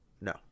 no